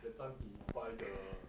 that time he buy the